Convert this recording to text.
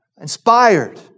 inspired